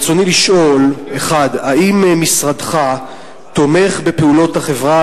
רצוני לשאול: 1. האם משרדך תומך בפעולות החברה